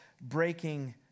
breaking